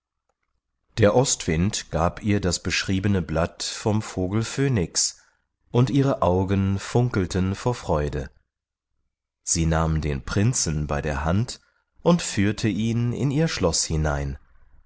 der ostwind gab ihr das beschriebene blatt vom vogel phönix und ihre augen funkelten vor freude sie nahm den prinzen bei der hand und führte ihn in ihr schloß hinein